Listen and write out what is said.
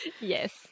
Yes